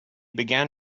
began